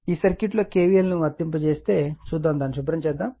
ఈ సర్క్యూట్లో K v l ను వర్తింపజేస్తే దాన్ని శుభ్రం చేద్దాం